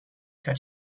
cut